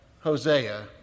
Hosea